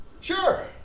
Sure